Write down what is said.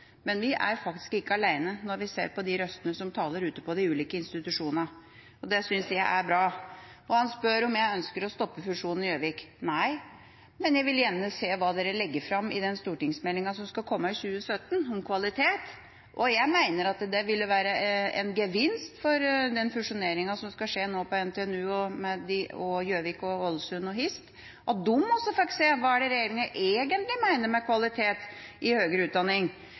men vi er faktisk ikke alene når vi ser på de røstene som taler ute i de ulike institusjonene. Det synes jeg er bra. Han spør om jeg ønsker å stoppe fusjonen i Gjøvik. Nei, men jeg vil gjerne se hva man legger fram i den stortingsmeldinga som skal komme i 2017, om kvalitet. Jeg mener at det ville være en gevinst for den fusjoneringa som nå skal skje på NTNU, i Gjøvik og Ålesund og ved Høgskolen i Sør-Trøndelag, at de også fikk se hva det er regjeringa egentlig mener med kvalitet i høyere utdanning.